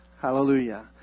Hallelujah